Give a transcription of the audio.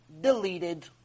deleted